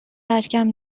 ترکم